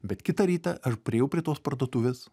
bet kitą rytą aš priėjau prie tos parduotuvės